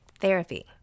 therapy